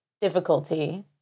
difficulty